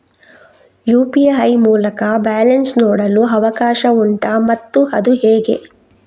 UPI ಮೂಲಕ balance ನೋಡಲು ಅವಕಾಶ ಉಂಟಾ ಮತ್ತು ಅದು ಹೇಗೆ?